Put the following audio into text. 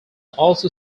also